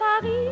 Paris